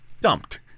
dumped